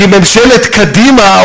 כי ממשלת קדימה,